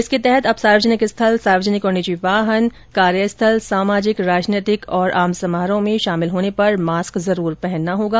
इसके तहत अब सार्वजनिक स्थल सार्वजनिक और निजी वाहन कार्य स्थल सामाजिक राजनैतिक और आम समारोह में शामिल होने पर मास्क जरूर पहनना होगा